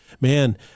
man